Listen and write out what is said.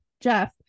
jeff